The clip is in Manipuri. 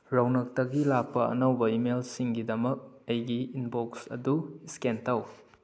ꯔꯧꯅꯛꯇꯒꯤ ꯂꯥꯛꯄ ꯑꯅꯧꯕ ꯏꯃꯦꯜꯁꯤꯡꯒꯤꯗꯃꯛ ꯑꯩꯒꯤ ꯏꯟꯕꯣꯛꯁ ꯑꯗꯨ ꯏ꯭ꯁꯀꯦꯟ ꯇꯧ